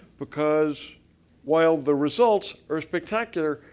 because while the results are spectacular,